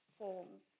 forms